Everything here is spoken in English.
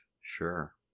sure